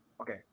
Okay